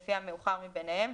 לפי המאוחר מביניהם."